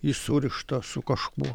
ji surišta su kažkuo